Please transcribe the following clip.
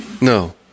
No